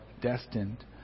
destined